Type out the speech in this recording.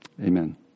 Amen